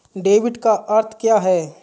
Debit का अर्थ क्या है?